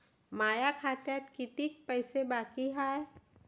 माया खात्यात कितीक पैसे बाकी हाय?